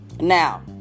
Now